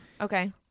Okay